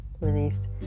released